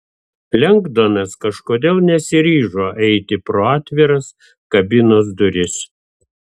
lengdonas kažkodėl nesiryžo eiti pro atviras kabinos duris